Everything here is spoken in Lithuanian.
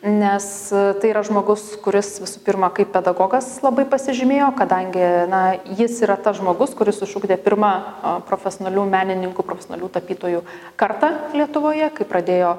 nes tai yra žmogus kuris visų pirma kaip pedagogas labai pasižymėjo kadangi na jis yra tas žmogus kuris išugdė pirmą profesionalių menininkų profesionalių tapytojų kartą lietuvoje kai pradėjo